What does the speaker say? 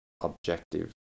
objective